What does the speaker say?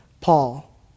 Paul